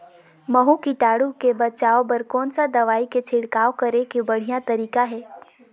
महू कीटाणु ले बचाय बर कोन सा दवाई के छिड़काव करे के बढ़िया तरीका हे?